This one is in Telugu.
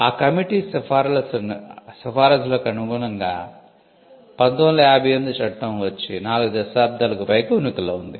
ఆ కమిటీ సిఫారసులకు అనుగుణంగా 1958 చట్టం వచ్చి 4 దశాబ్దాలకు పైగా ఉనికిలో ఉంది